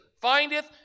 findeth